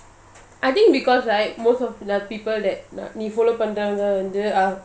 I think because right most of the people that follow are